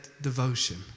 devotion